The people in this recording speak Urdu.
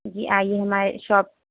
جی آئیے ہمارے شاپ